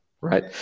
right